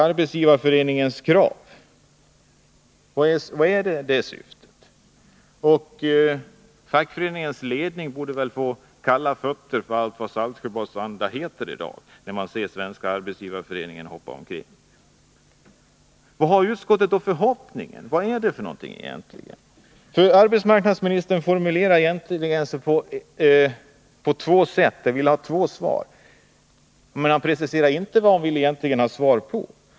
Skall fackföreningen ge efter för SAF:s krav? Fackföreningens ledning borde väl få kalla fötter bara den tänker på vad Saltsjöbadsandan har inneburit. Arbetsmarknadsministern vill egentligen ha två svar, men han preciserar inte vad han vill ha svar på.